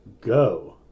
Go